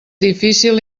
difícil